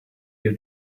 your